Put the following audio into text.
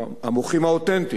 המוחים האותנטיים,